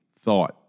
thought